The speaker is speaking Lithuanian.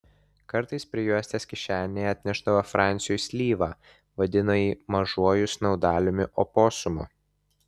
kartais prijuostės kišenėje atnešdavo fransiui slyvą vadino jį mažuoju snaudaliumi oposumu